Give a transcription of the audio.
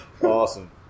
Awesome